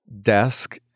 desk